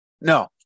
no